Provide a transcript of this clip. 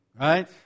Right